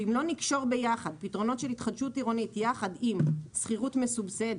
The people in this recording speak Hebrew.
יש לקשור פתרונות של התחדשות עירונית יחד עם שכירות מסובסדת,